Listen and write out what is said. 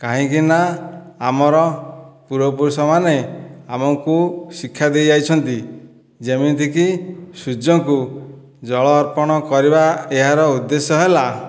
କାହିଁକିନା ଆମର ପୂର୍ବ ପୁରୁଷମାନେ ଆମକୁ ଶିକ୍ଷା ଦେଇ ଯାଇଛନ୍ତି ଯେମିତିକି ସୂର୍ଯ୍ୟଙ୍କୁ ଜଳ ଅର୍ପଣ କରିବା ଏହାର ଉଦ୍ଦେଶ୍ୟ ହେଲା